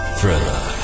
Thriller